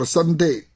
Sunday